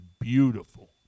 beautiful